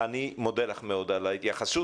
אני מודה לך מאוד על ההתייחסות,